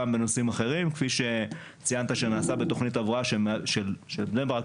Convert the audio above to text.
גם בנושאים אחרים כפי שציינת שנעשה בתוכנית הבראה של בני ברק,